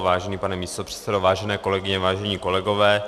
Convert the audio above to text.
Vážený pane místopředsedo, vážené kolegyně, vážení kolegové.